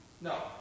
No